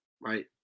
right